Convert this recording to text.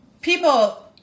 people